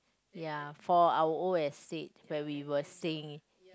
ya for our old estate where we were staying in ya